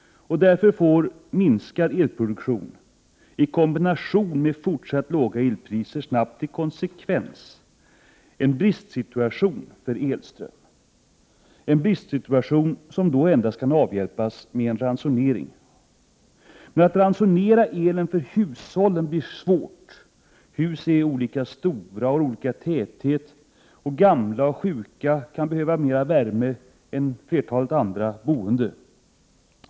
Därför får minskad elproduktion i kombination med fortsatt låga elpriser snabbt till konsekvens en brist på elström. Denna bristsituation kan då endast avhjälpas med en ransonering. Men att ransonera elkraften för hushållen blir svårt. Hus är olika stora och har olika täthet. Gamla och sjuka kan behöva mer värme än flertalet andra boende.